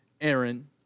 Aaron